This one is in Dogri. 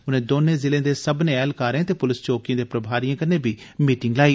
उनें दौनें जिलें दे सब्मनें ऐहलकारें ते पुलस चौकिए दे प्रभारिए कन्नै बी मीटिंग लाई